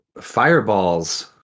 Fireballs